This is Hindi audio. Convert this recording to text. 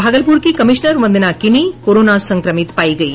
भागलपुर की कमिश्नर वंदना किनी कोरोना संक्रमित पायी गयी